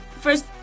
first